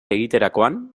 egiterakoan